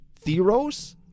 Theros